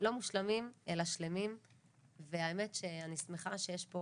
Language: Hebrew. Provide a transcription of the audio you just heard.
לא מושלמים אלא שלמים והאמת שאני שמחה שיש פה